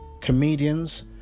comedians